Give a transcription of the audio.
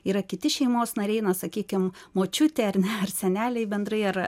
yra kiti šeimos nariai na sakykim močiutė ar ne ar seneliai bendrai ar